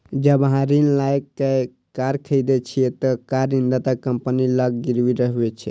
जब अहां ऋण लए कए कार खरीदै छियै, ते कार ऋणदाता कंपनी लग गिरवी रहै छै